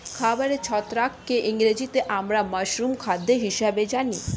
খাবার ছত্রাককে ইংরেজিতে আমরা মাশরুম খাদ্য হিসেবে জানি